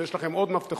ויש לכם עוד מפתחות,